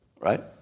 right